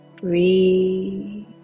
Breathe